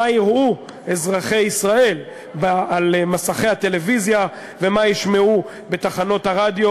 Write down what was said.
מה יראו אזרחי ישראל על מסכי הטלוויזיה ומה ישמעו בתחנות הרדיו.